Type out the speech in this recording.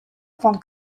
akvon